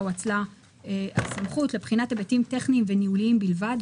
הואצלה הסמכות לבחינת היבטים טכניים וניהוליים בלבד,